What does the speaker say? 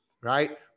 right